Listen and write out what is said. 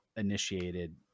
Initiated